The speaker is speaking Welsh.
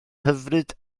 hyfryd